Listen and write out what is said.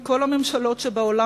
מכל הממשלות שבעולם,